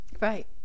Right